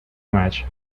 match